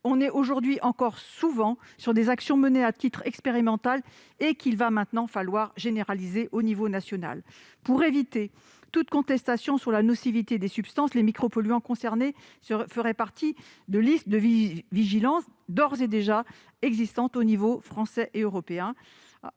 s'agit aujourd'hui encore souvent d'actions menées à titre expérimental et qu'il va maintenant falloir généraliser au niveau national. Pour éviter toute contestation sur la nocivité des substances, les micropolluants concernés feraient partie de listes de vigilance d'ores et déjà existantes au niveau français et européen.